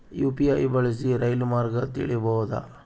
UPI ಬಳಸಿ ರೈಲು ಮಾರ್ಗ ತಿಳೇಬೋದ?